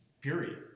Period